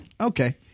okay